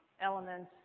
Elements